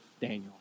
Daniel